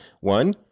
One